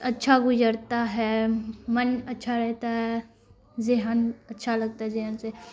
اچھا گزرتا ہے من اچھا رہتا ہے ذہن اچھا لگتا ہے ذہن سے